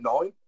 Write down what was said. nine